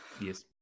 Yes